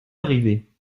arrivés